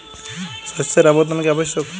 শস্যের আবর্তন কী আবশ্যক?